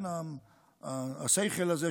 ה"שֵׂייכֶל" הזה,